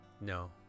No